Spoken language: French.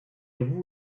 avoue